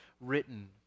written